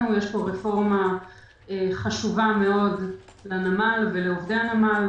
יש פה רפורמה חשובה מאוד לנמל ולעבדי הנמל,